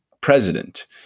president